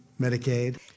Medicaid